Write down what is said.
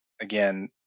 again